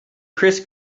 chris